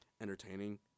entertaining